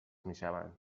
میشوند